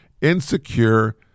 insecure